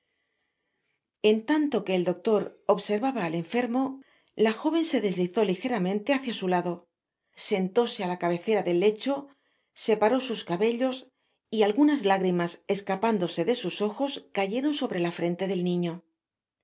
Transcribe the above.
en tanlo que el doctor observaba al enfermo la joven so deslizó ligeramente hasta su lado sentóse á la cabecera del lecho separó sus cabellos y algunas lágrimas escapándose de sus ojos cayeron sobre la frente del niño